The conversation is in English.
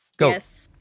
yes